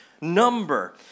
number